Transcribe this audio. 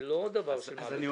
זה לא דבר של מה בכך.